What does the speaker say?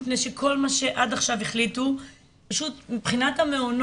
מפני שכל מה שעד עכשיו החליטו פשוט מבחינת המעונות,